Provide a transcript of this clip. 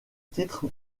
titre